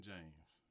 James